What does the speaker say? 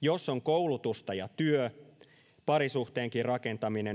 jos on koulutusta ja työ parisuhteenkin rakentaminen